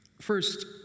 First